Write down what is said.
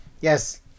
yes